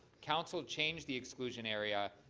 council changed the exclusion area